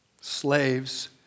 Slaves